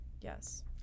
Yes